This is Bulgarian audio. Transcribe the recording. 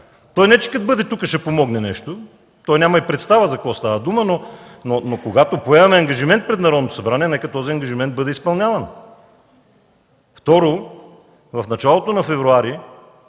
Той не, че като бъде тук, ще помогне нещо. Той няма и представа за какво става дума, но когато поемаме ангажимент пред Народното събрание, нека този ангажимент бъде изпълняван. Второ, в началото на февруари